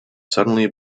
suddenly